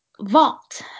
Vault